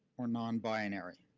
or non-binary.